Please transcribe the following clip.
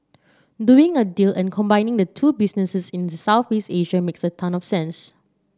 doing a deal and combining the two businesses in Southeast Asia makes a ton of sense